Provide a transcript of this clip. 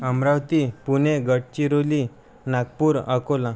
Amravati Pune Gadchiroli Nagpur Akola